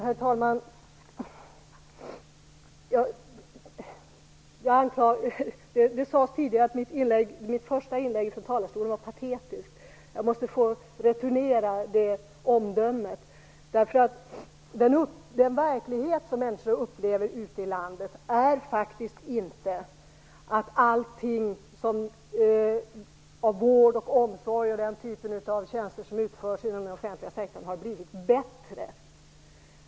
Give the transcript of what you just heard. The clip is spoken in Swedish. Herr talman! Lennart Hedquist sade tidigare att mitt första inlägg var patetiskt. Jag måste få returnera det omdömet. Den verklighet som människor upplever ute i landet är faktiskt inte att allting inom vård och omsorg och den typen av tjänster som utförs inom den offentliga sektorn har blivit bättre.